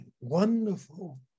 wonderful